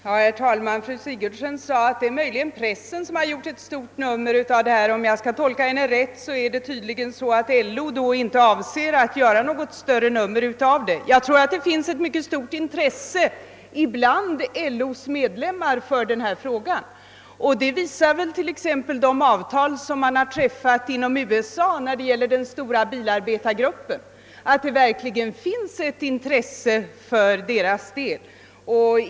Herr talman! Fru Sigurdsen sade att pressen möjligen gjort ett stort nummer av saken. Om jag inte tolkar henne fel är det tydligen så, att LO inte avser att göra något större nummer av frågan, men jag tror att det finns ett mycket stort intresse för saken bland LO:s medlemmar. De avtal som träffats i USA beträffande den stora bilarbetargruppen visar exempelvis att det verkligen finns ett intresse för deras del.